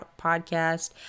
podcast